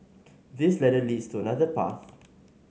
this ladder leads to another path